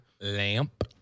Lamp